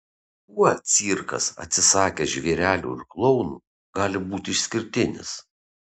kuo cirkas atsisakęs žvėrelių ir klounų gali būti išskirtinis